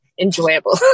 enjoyable